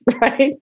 right